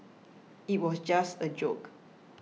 it was just a joke